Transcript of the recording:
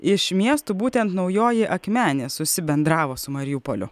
iš miestų būtent naujoji akmenė susibendravo su mariupoliu